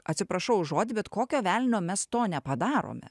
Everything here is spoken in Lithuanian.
atsiprašau už žodį bet kokio velnio mes to nepadarome